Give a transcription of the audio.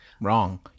Wrong